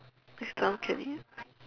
next time Kelly